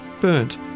burnt